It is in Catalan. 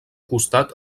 costat